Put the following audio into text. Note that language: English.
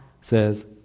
says